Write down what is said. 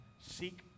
Seek